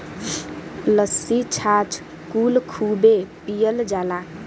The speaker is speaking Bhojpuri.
लस्सी छाछ कुल खूबे पियल जाला